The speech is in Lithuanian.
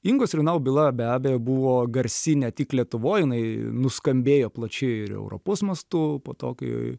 ingos renau byla be abejo buvo garsi ne tik lietuvoj jinai nuskambėjo plačiai ir europos mastu po to kai